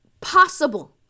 possible